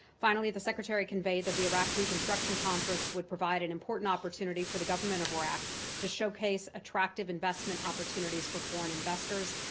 finally, the secretary conveyed that the iraq reconstruction conference would provide an important opportunity for the government of iraq to showcase attractive investment opportunities for foreign investors,